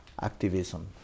activism